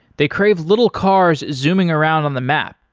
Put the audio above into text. they crave little cars zooming around on the map.